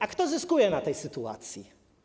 A kto zyskuje na tej sytuacji?